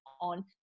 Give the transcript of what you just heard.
on